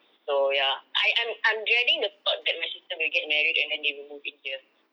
so ya I'm I'm I'm dreading the thought that my sister will get married and then they will move in here